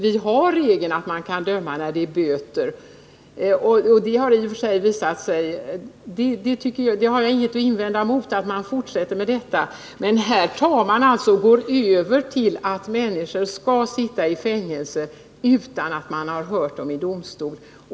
Vi har regeln att domstolarna kan döma till böter trots att den tilltalade har uteblivit från rättegången, och jag har ingenting att invända mot att man fortsätter med detta. Men genom det här förslaget skall man kunna döma människor till fängelse utan att de har hörts i domstol.